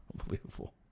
Unbelievable